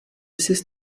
sis